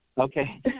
Okay